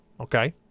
Okay